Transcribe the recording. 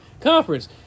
conference